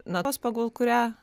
natos pagal kurią